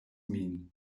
min